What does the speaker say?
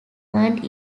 earned